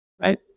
right